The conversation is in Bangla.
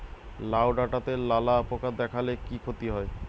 লাউ ডাটাতে লালা পোকা দেখালে কি ক্ষতি হয়?